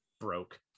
broke